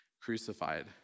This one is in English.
crucified